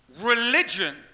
religion